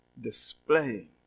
displaying